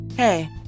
Hey